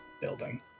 building